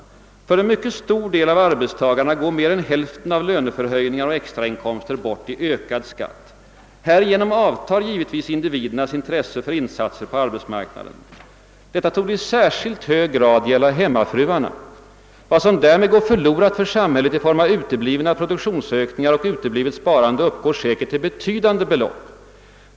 För en mycket stor del av arbetstagarna går mer än hälften av löneförhöjningar och extrainkomster bort i ökad skatt. Härigenom avtar givetvis individernas intresse för insatser på arbetsmarknaden. Detta torde i särskilt hög grad gälla hemmafruarna. Vad som därmed går förlorat för samhället i form av uteblivna pro duktionsökningar och uteblivet sparande uppgår säkert till betydande belopp.